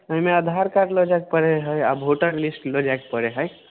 ओहिमे आधार कार्ड लऽ जायके पड़ै हइ आ भोटर लिस्ट लऽ जायके पड़ै हइ